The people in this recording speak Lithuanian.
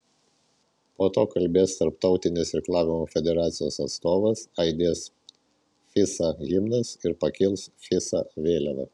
po to kalbės tarptautinės irklavimo federacijos atstovas aidės fisa himnas ir pakils fisa vėliava